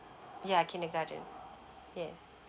ya kindergarten yes